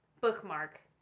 bookmark